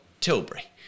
Tilbury